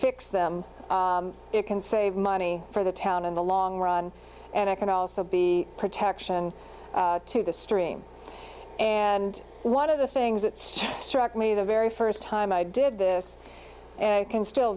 fix them it can save money for the town in the long run and i can also be protection to the stream and one of the things that struck me the very first time i did this and i can still